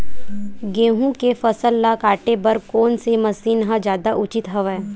गेहूं के फसल ल काटे बर कोन से मशीन ह जादा उचित हवय?